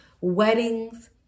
weddings